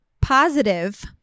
positive